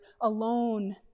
alone